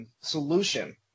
solution